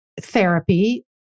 therapy